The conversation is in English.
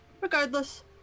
Regardless